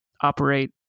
operate